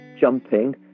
jumping